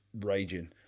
raging